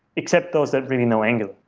except those that really know angular.